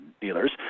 dealers